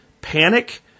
panic